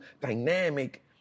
dynamic